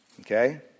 Okay